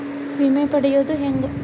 ವಿಮೆ ಪಡಿಯೋದ ಹೆಂಗ್?